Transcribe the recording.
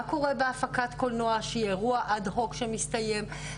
מה קורה בהפקת קולנוע שהיא אירוע אד-הוק שמסתיים.